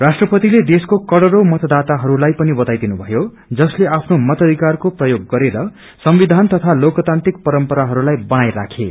राष्ट्रपतिलेदेश्को करोंडौ मतदाताहरूलाई पनि बघाई दिनुमयो जसले आफ्नो मताधिकारको प्रयोग गरेर संविधान तथा लोकतात्रिंक परम्पराहरूलाई बनाई राखे